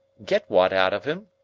get what out of him?